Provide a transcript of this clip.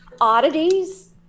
oddities